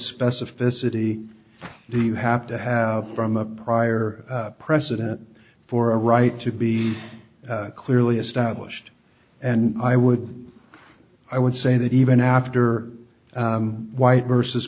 specificity do you have to have from a prior precedent for a right to be clearly established and i would i would say that even after white versus